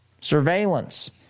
surveillance